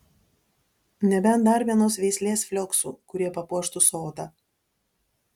nebent dar vienos veislės flioksų kurie papuoštų sodą